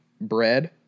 bread